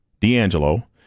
D'Angelo